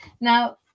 Now